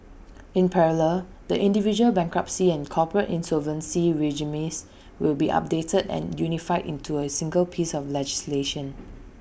in parallel the individual bankruptcy and corporate insolvency regimes will be updated and unified into A single piece of legislation